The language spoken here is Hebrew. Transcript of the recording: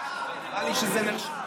בעד, אבל נראה לי שזה נרשם.